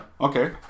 Okay